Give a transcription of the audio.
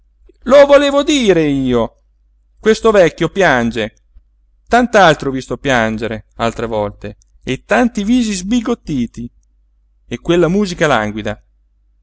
lo volevo dire io questo vecchio piange tant'altri ho visto piangere altre volte e tanti visi sbigottiti e quella musica languida